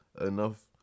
enough